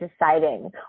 deciding